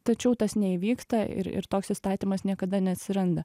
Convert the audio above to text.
tačiau tas neįvyksta ir ir toks įstatymas niekada neatsiranda